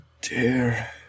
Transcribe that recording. dear